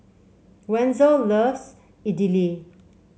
Wenzel loves Idili